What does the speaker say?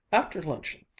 after luncheon,